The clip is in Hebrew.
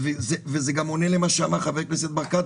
וזה גם עונה למה שאמר חבר הכנסת ברקת,